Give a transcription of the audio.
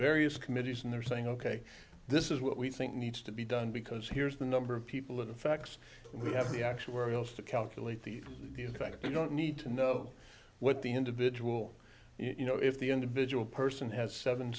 various committees and they're saying ok this is what we think needs to be done because here's the number of people with the facts we have the actual where else to calculate the kind of you don't need to know what the individual you know if the individual person has seven